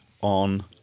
on